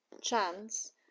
chance